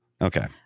Okay